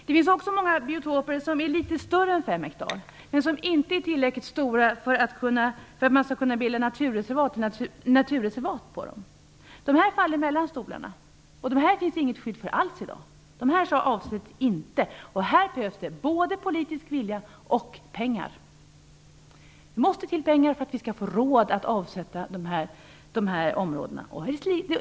Det finns också många biotoper som är litet större än 5 hektar men som inte är tillräckligt stora för att kunna utgöra naturreservat. Dessa områden faller mellan stolarna, för dem finns det inget skydd alls i dag - de avsätts inte. Här behövs det både politisk vilja och pengar. Det måste till pengar för att vi skall få råd att avsätta dessa områden.